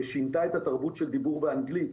ששינתה את התרבות של דיבור באנגלית